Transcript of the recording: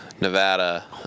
Nevada